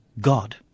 God